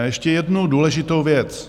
Ještě jednu důležitou věc.